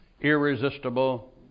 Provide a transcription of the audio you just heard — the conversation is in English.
irresistible